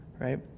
right